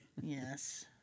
Yes